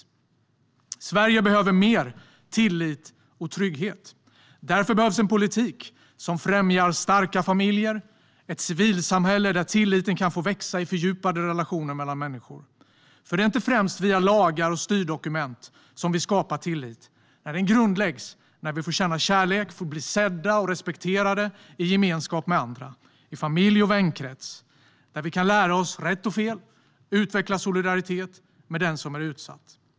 Sverige behöver mer tillit och trygghet. Därför behövs en politik som främjar starka familjer och ett civilsamhälle där tilliten kan få växa i fördjupade relationer mellan människor. För det är inte främst via lagar och styrdokument som vi skapar tillit. Nej, den grundläggs när vi får känna kärlek och får bli sedda och respekterade i gemenskap med andra i familj och vänkrets, där vi kan lära oss rätt och fel och utveckla solidaritet med den som är utsatt.